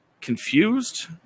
confused